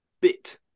bit